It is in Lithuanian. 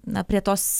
na prie tos